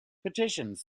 petitions